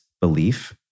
belief